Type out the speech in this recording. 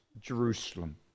Jerusalem